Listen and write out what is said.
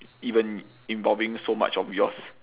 even involving so much of yours